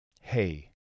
Hey